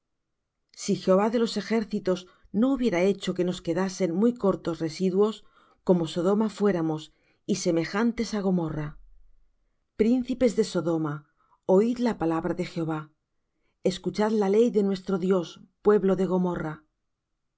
si jehová de los ejércitos no hubiera hecho que nos quedasen muy cortos residuos como sodoma fuéramos y semejantes á gomorra príncipes de sodoma oid la palabra de jehová escuchad la ley de nuestro dios pueblo de gomorra